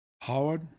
Howard